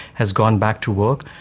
has gone back to work,